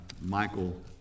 Michael